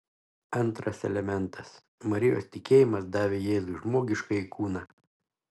antras elementas marijos tikėjimas davė jėzui žmogiškąjį kūną